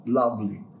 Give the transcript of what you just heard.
lovely